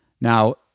Now